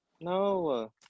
No